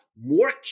more